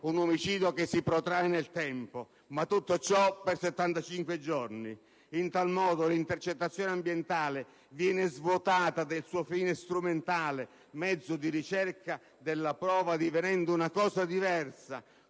di colpi) che si protrae nel tempo. Ma tutto ciò, comunque, per 75 giorni. In tal modo l'intercettazione ambientale viene svuotata del suo fine strumentale (mezzo di ricerca della prova), divenendo una cosa diversa,